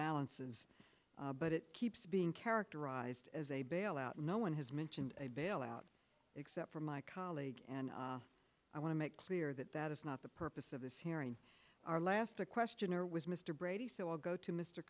balances but it keeps being characterized as a bailout no one has mentioned a bailout except for my colleague and i want to make clear that that is not the purpose of this hearing our last question or was mr brady so i'll go to mr